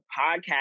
podcast